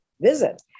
visit